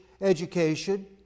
education